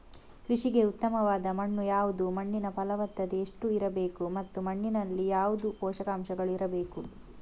ಕೃಷಿಗೆ ಉತ್ತಮವಾದ ಮಣ್ಣು ಯಾವುದು, ಮಣ್ಣಿನ ಫಲವತ್ತತೆ ಎಷ್ಟು ಇರಬೇಕು ಮತ್ತು ಮಣ್ಣಿನಲ್ಲಿ ಯಾವುದು ಪೋಷಕಾಂಶಗಳು ಇರಬೇಕು?